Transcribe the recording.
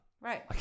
Right